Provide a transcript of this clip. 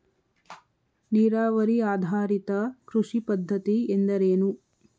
ನೀರಾವರಿ ಆಧಾರಿತ ಕೃಷಿ ಪದ್ಧತಿ ಎಂದರೇನು?